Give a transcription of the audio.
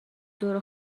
دور